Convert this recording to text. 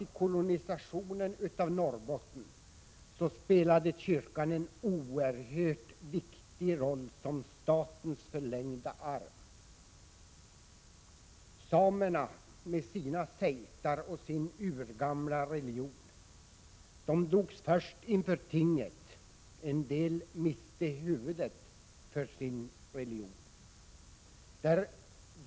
Jo, i kolonisationen av Norrbotten spelade kyrkan en oerhört viktig roll som statens förlängda arm. Samerna med sin sejd och sin urgamla religion drogs ofta inför tinget, och en del miste huvudet för sin religion.